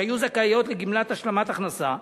שהיו זכאיות לגמלת השלמת הכנסה.